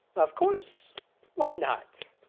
of course why not?